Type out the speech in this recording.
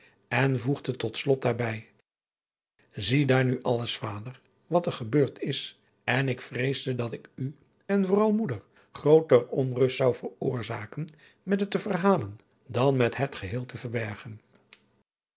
zie daar nu alles vader wat er gebeurd is en ik vreesde dat ik u en vooral moeder grooter onrust zou veroorzaken met het te verhalen dan met het geheel te verbergen